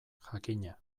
jakina